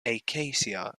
acacia